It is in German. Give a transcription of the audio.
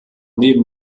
neben